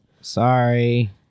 Sorry